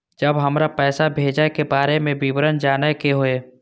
जब हमरा पैसा भेजय के बारे में विवरण जानय के होय?